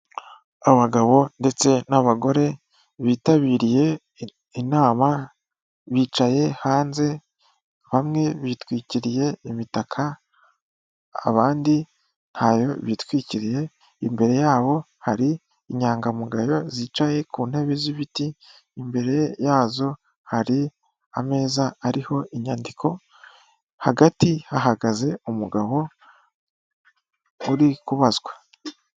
Abagabo ndetse n'abagore, bitabiriye inama, bicaye hanze, bamwe bitwikiriye imitaka, abandi ntayo bitwikiriye, imbere yabo hari inyangamugayo zicaye ku ntebe z'ibiti, imbere yazo hari ameza ariho inyandiko, hagati hahagaze umugabo, uri kubazwa.